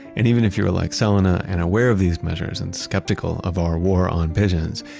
and even if you're like selena and aware of these measures and skeptical of our war on pigeons,